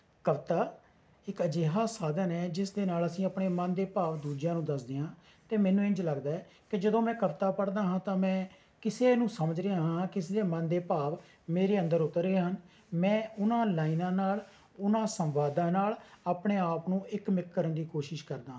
ਕਵਿਤਾ ਇਕ ਅਜਿਹਾ ਸਾਧਨ ਹੈ ਜਿਸ ਦੇ ਨਾਲ ਅਸੀਂ ਆਪਣੇ ਮਨ ਦੇ ਭਾਵ ਦੂਜਿਆਂ ਨੂੰ ਦੱਸਦੇ ਹਾਂ ਅਤੇ ਮੈਨੂੰ ਇੰਝ ਲੱਗਦਾ ਕਿ ਜਦੋਂ ਮੈਂ ਕਵਿਤਾ ਪੜ੍ਹਦਾ ਹਾਂ ਤਾਂ ਮੈਂ ਕਿਸੇ ਨੂੰ ਸਮਝ ਰਿਹਾ ਹਾਂ ਕਿਸਦੇ ਮਨ ਦੇ ਭਾਵ ਮੇਰੇ ਅੰਦਰ ਉਤਰ ਰਹੇ ਹਨ ਮੈਂ ਉਹਨਾਂ ਲਾਈਨਾਂ ਨਾਲ ਉਹਨਾਂ ਸੰਵਾਦਾਂ ਨਾਲ ਆਪਣੇ ਆਪ ਨੂੰ ਇੱਕ ਮਿੱਕ ਕਰਨ ਦੀ ਕੋਸ਼ਿਸ਼ ਕਰਦਾ ਹਾਂ